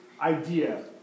idea